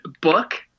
book